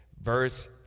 Verse